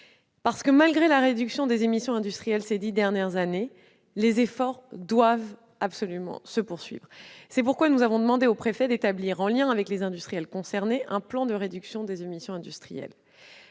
de l'été. Malgré la réduction des émissions industrielles ces dix dernières années, les efforts doivent absolument être poursuivis. C'est pourquoi nous avons demandé au préfet d'établir, en liaison avec les industriels concernés, un plan de réduction des émissions industrielles.